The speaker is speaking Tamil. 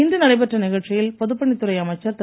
இன்று நடைபெற்ற நிகழ்ச்சியில் பொதுப்பணித்துறை அமைச்சர் திரு